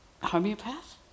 homeopath